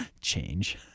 Change